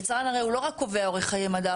יצרן, הרי הוא לא רק קובע אורך חיי מדף.